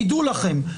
תדעו לכם,